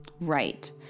Right